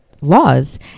laws